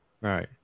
right